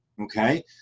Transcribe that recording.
okay